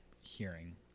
hearing